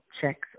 checks